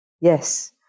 Yes